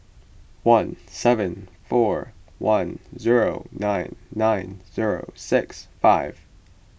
one seven four one zero nine nine zero six five